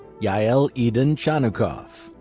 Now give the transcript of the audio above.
yael eden chanukov,